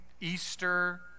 Easter